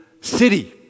city